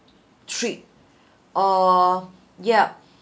trip or yup